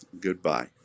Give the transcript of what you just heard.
Goodbye